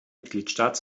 mitgliedstaat